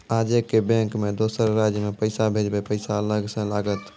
आजे के बैंक मे दोसर राज्य मे पैसा भेजबऽ पैसा अलग से लागत?